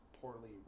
poorly